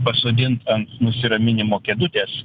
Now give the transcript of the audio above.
pasodint ant nusiraminimo kėdutės